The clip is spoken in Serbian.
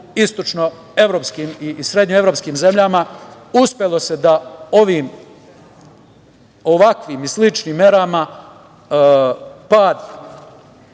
istočnoevropskim i srednjoevropskim zemljama uspelo se da ovim ovakvim i sličnim merama pad